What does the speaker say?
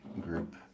group